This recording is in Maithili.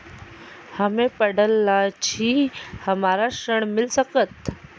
हम्मे पढ़ल न छी हमरा ऋण मिल सकत?